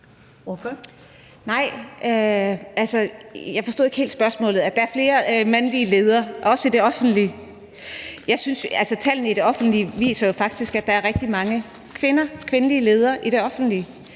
Jeg forstod ikke helt spørgsmålet. Gik det på, at der er også er flere mandlige ledere i det offentlige? Tallene for det offentlige viser jo faktisk, at der er rigtig mange kvindelige ledere i det offentlige,